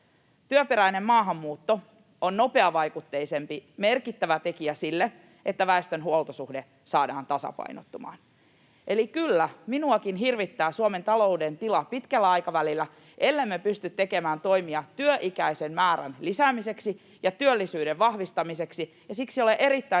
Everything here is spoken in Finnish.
Työperäinen maahanmuutto on nopeavaikutteisempi, merkittävä tekijä siinä, että väestön huoltosuhde saadaan tasapainottumaan. Eli kyllä, minuakin hirvittää Suomen talouden tila pitkällä aikavälillä, ellemme pysty tekemään toimia työikäisten määrän lisäämiseksi ja työllisyyden vahvistamiseksi, ja siksi olen erittäin